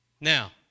Now